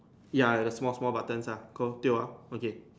ya ya the small small buttons lah cool tio ah okay